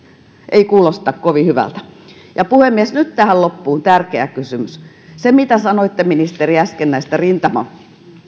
ei kuulosta kovin hyvältä puhemies nyt tähän loppuun tärkeä kysymys siitä mitä sanoitte ministeri äsken näistä rintamalisien